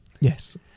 Yes